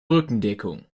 rückendeckung